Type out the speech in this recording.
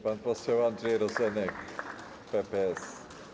Pan poseł Andrzej Rozenek, PPS.